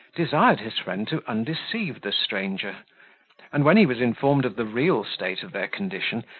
desired his friend to undeceive the stranger and when he was informed of the real state of their condition,